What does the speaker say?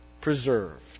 preserved